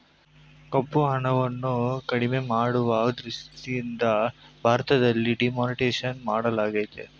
ಕಪ್ಪುಹಣವನ್ನು ಕಡಿಮೆ ಮಾಡುವ ದೃಷ್ಟಿಯಿಂದ ಭಾರತದಲ್ಲಿ ಡಿಮಾನಿಟೈಸೇಷನ್ ಮಾಡಲಾಯಿತು